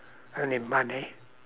only money